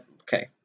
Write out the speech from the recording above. okay